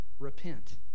repent